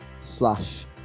slash